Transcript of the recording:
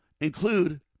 include